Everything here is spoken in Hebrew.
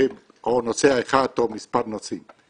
נוסע אחד או מספר נוסעים.